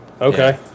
Okay